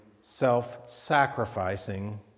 self-sacrificing